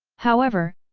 however,